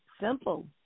Simple